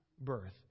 birth